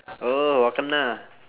oh wa kena